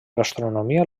gastronomia